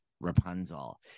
Rapunzel